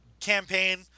campaign